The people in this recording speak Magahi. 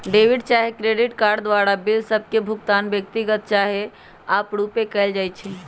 डेबिट चाहे क्रेडिट कार्ड द्वारा बिल सभ के भुगतान व्यक्तिगत चाहे आपरुपे कएल जाइ छइ